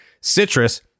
citrus